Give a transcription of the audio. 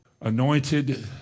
anointed